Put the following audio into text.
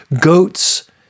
goats